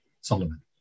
Solomon